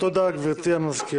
תודה רבה.